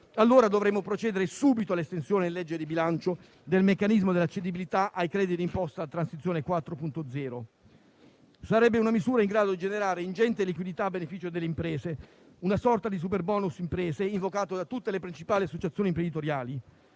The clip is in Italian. allora dobbiamo procedere subito all'estensione in legge di bilancio del meccanismo della cedibilità dei crediti d'imposta Transizione 4.0. Sarebbe una misura in grado di generare ingenti liquidità a beneficio delle imprese, una sorta di superbonus imprese evocato da tutte le principali associazioni imprenditoriali.